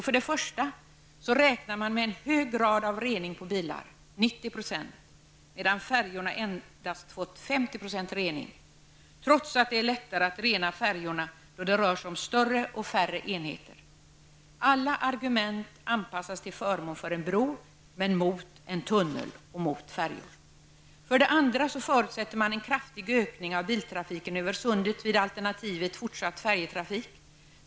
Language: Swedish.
För det första räknar man med en hög grad av rening på bilar -- 90 %--, medan man för färjornas del räknar med en rening på endast 50 %, och detta trots att det är lättare att rena färjorna, då det rör sig om större och färre enheter. Alla argument anpassas till förmån för en bro men mot en tunnel och mot färjor. För det andra förutsätter man en kraftig ökning av biltrafiken över sundet i samband med alternativet fortsatt färjetrafik.